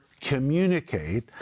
communicate